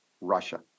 Russia